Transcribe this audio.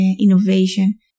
innovation